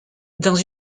dans